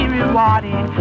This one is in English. rewarded